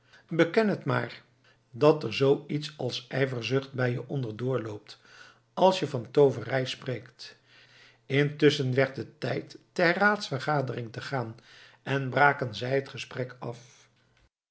beken het maar dat er zoo iets als ijverzucht bij je onder doorloopt als je van tooverij spreekt intusschen werd het tijd ter raadsvergadering te gaan en braken zij het gesprek af